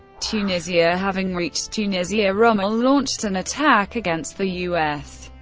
tunisia having reached tunisia, rommel launched an attack against the u s.